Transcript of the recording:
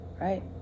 right